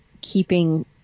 keeping